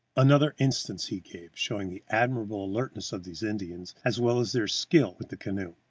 another instance he gave, showing the admirable alertness of these indians, as well as their skill with the canoe.